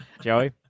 Joey